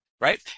right